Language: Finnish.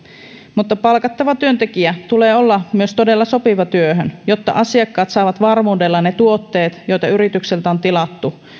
mutta palkattavan työntekijän tulee olla myös todella sopiva työhön jotta asiakkaat saavat varmuudella ne tuotteet joita yritykseltä on tilattu